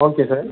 okay sir